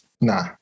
Nah